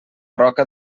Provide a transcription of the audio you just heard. roca